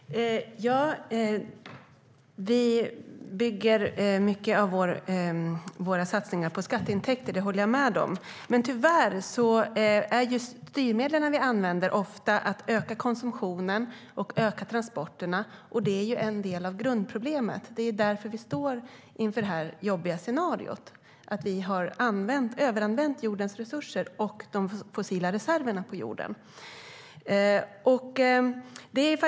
Herr talman! Vi bygger mycket av våra satsningar på skatteintäkter; det håller jag med om. Men tyvärr handlar de styrmedel vi använder ofta om att öka konsumtionen och öka transporterna. Det är en del av grundproblemet. Det är därför vi står inför detta jobbiga scenario. Vi har överanvänt jordens resurser och de fossila reserverna på jorden.